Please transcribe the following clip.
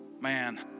Man